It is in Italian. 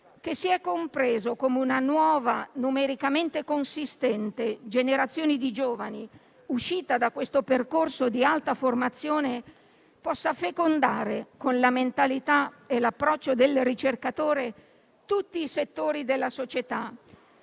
che si è compreso come una nuova e numericamente consistente generazione di giovani, uscita da questo percorso di alta formazione, possa fecondare, con la mentalità e l'approccio del ricercatore, tutti i settori della società.